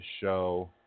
show